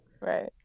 Right